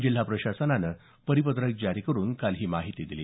जिल्हा प्रशासनानं परिपत्रक जारी करुन काल ही माहिती दिली